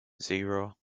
zero